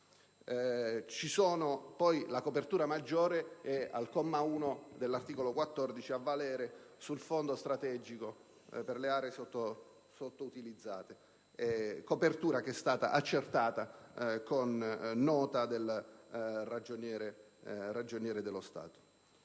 l'anno. La copertura maggiore è al comma 1 dell'articolo 14 a valere sul Fondo strategico per le aree sottoutilizzate, copertura che è stata accertata con Nota del Ragioniere generale dello Stato.